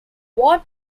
what